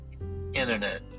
internet